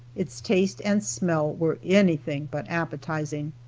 its taste and smell were anything but appetizing.